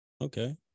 Okay